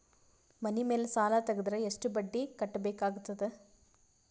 ಮನಿ ಮೇಲ್ ಸಾಲ ತೆಗೆದರ ಎಷ್ಟ ಬಡ್ಡಿ ಕಟ್ಟಬೇಕಾಗತದ?